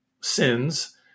sins